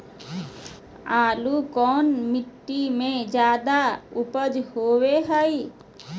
आलू कौन मिट्टी में जादा ऊपज होबो हाय?